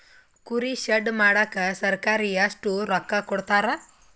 ಕುರಿ ಶೆಡ್ ಮಾಡಕ ಸರ್ಕಾರ ಎಷ್ಟು ರೊಕ್ಕ ಕೊಡ್ತಾರ?